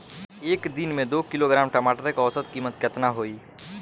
एक दिन में दो किलोग्राम टमाटर के औसत कीमत केतना होइ?